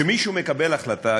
כשמישהו מקבל החלטה",